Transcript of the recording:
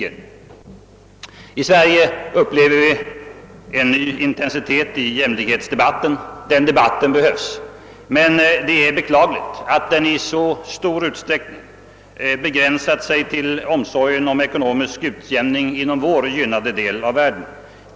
Här i Sverige upplever vi en ny intensitet i jämlikhetsdebatten. Det är en debatt som behövs. Men det är beklagligt att den i så stor utsträckning har begränsat sig till omsorgen om ekonomisk utjämning inom vår gynnade del av världen.